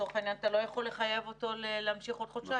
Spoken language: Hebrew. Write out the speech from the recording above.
לצורך העניין אתה לא יכול לחייב אותו להמשיך עוד חודשיים.